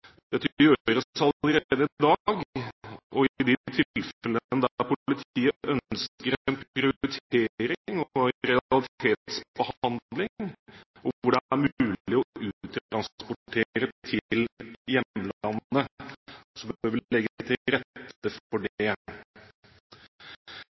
allerede i dag. I de tilfellene der politiet ønsker en prioritering av realitetsbehandling, og hvor det er mulig å uttransportere til hjemlandet, bør vi legge til rette for det.